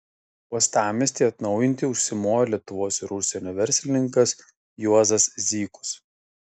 uostamiestį atnaujinti užsimojo lietuvos ir užsienio verslininkas juozas zykus